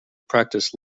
practice